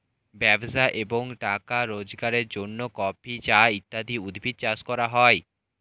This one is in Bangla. ব্যবসা এবং টাকা রোজগারের জন্য কফি, চা ইত্যাদি উদ্ভিদ চাষ করা হয়